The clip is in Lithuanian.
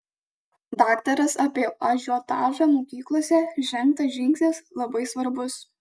daktaras apie ažiotažą mokyklose žengtas žingsnis labai svarbus